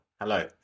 Hello